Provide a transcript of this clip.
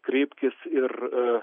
kreipkis ir